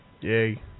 Yay